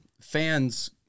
fans